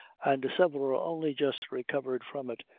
and several only just recovered from it,